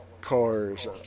cars